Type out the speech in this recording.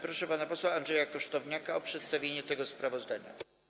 Proszę pana posła Andrzeja Kosztowniaka o przedstawienie tego sprawozdania.